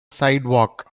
sidewalk